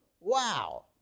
Wow